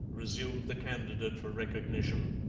resumed the candidate for recognition.